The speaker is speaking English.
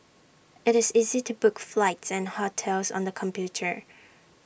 IT is easy to book flights and hotels on the computer